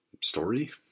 story